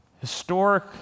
historic